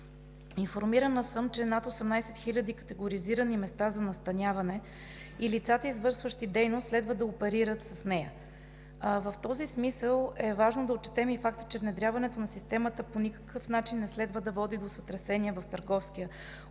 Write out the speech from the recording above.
Информирана съм, че над 18 хиляди са категоризираните места за настаняване и лицата, извършващи дейност, следва да оперират с нея. В този смисъл е важно да отчетем и факта, че внедряването на системата по никакъв начин не следва да води до сътресения в търговския оборот